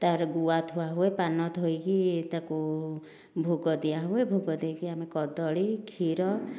ତା'ପରେ ଗୁଆ ଥୁଆ ହୁଏ ପାନ ଥୋଇକି ତାକୁ ଭୋଗ ଦିଆହୁଏ ଭୋଗ ଦେଇକି ଆମେ କଦଳୀ କ୍ଷୀର